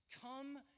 Come